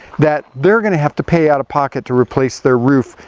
that they're going to have to pay out of pocket to replace their roof,